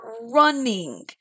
running